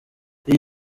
iyi